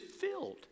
filled